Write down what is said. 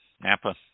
Napa